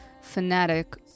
Fanatic